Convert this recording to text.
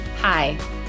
hi